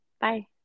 Bye